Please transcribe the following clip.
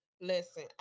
Listen